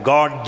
God